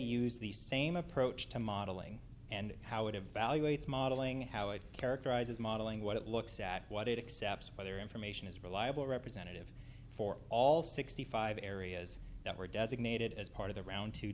use the same approach to modeling and how it evaluates modeling how it characterizes modeling what it looks at what it except weather information is reliable representative for all sixty five areas that were designated as part of the around t